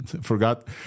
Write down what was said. forgot